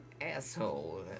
asshole